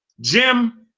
Jim